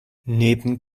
neben